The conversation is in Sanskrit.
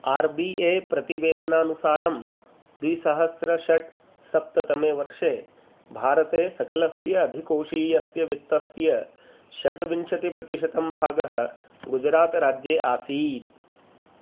आर् बी ए प्रतिवेदनानुसारं द्विसहस्रं षड् सप्ततमेवर्षे भारते सकलस्य अधिकोशीयस्य वित्तस्य षड्विंशतिप्रतिशतं भागः गुजरातराज्ये आसीत्